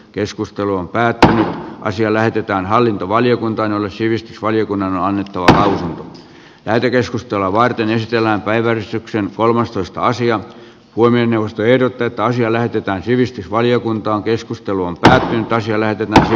keskustelu on päättänyt karsia lähetetään hallintovaliokunta on sivistysvaliokunnan on jo käyty keskustelua varten esitellään päivystyksen kolmastoista sijalle kuin ennuste ehdotetaan siellä pitää sivistysvaliokuntaa keskustelua käytiinpä siellä nähty